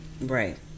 right